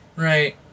right